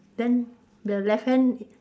then the left hand